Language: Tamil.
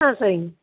ஆ சரிங்க